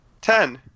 Ten